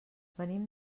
venim